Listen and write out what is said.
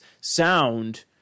sound